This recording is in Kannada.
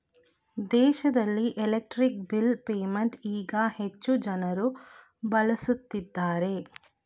ದೇಶದಲ್ಲಿ ಎಲೆಕ್ಟ್ರಿಕ್ ಬಿಲ್ ಪೇಮೆಂಟ್ ಈಗ ಹೆಚ್ಚು ಜನರು ಬಳಸುತ್ತಿದ್ದಾರೆ